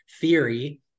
theory